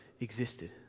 existed